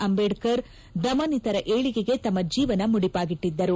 ಅಂಬೇಡ್ತರ್ ದಮನಿತರ ಏಳಿಗೆಗೆ ತಮ್ನ ಜೀವನ ಮುಡಿಪಾಗಿಟ್ಲದ್ದರು